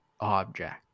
object